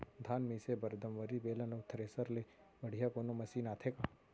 धान मिसे बर दंवरि, बेलन अऊ थ्रेसर ले बढ़िया कोनो मशीन आथे का?